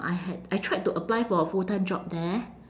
I had I tried to apply for a full-time job there